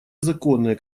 законные